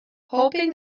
hoping